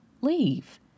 leave